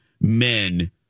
men